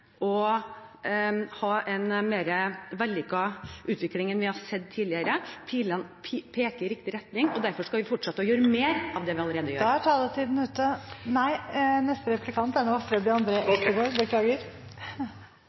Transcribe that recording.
å gjøre flere vellykkede prosjekter landsdekkende for at vi også skal få endret utdanningsvalgene. Alt dette viser at vi bidrar til en mer vellykket utvikling enn vi har sett tidligere . Pilene peker i riktig retning , derfor skal vi fortsette å gjøre mer av det vi allerede gjør. Da er